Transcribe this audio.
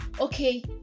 Okay